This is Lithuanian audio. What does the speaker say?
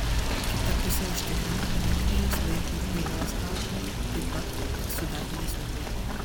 kita pusė užtikrina kad atėjus laikui pylos gautumei taip pat tik su dar didesniu kaupu